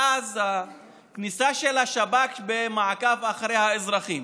ואז הכניסה של השב"כ במעקב אחרי האזרחים,